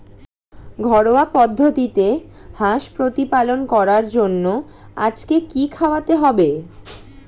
ঘরোয়া পদ্ধতিতে হাঁস প্রতিপালন করার জন্য আজকে কি খাওয়াতে হবে?